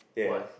yes